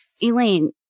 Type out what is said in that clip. Elaine